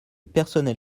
personnel